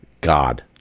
God